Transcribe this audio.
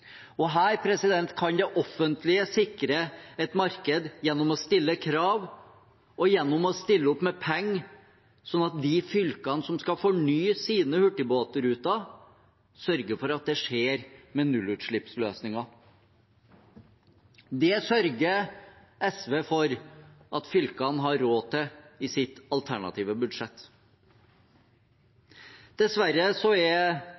Her kan det offentlige sikre et marked gjennom å stille krav og gjennom å stille opp med penger, slik at de fylkene som skal fornye sine hurtigbåtruter, sørger for at det skjer med nullutslippsløsninger. Det sørger SV for at fylkene har råd til, i sitt alternative budsjett. Dessverre er